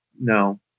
no